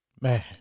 Man